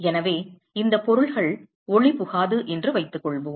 எனவே இந்த பொருள்கள் ஒளிபுகாது என்று வைத்துக்கொள்வோம்